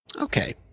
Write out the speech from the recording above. Okay